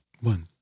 One